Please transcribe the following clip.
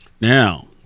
Now